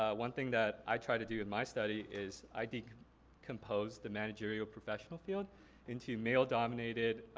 ah one thing that i try to do in my study is i decompose the managerial professional field into male dominated,